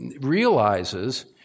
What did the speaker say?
realizes